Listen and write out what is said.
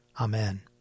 Amen